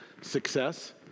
success